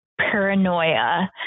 paranoia